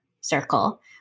circle